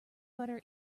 butter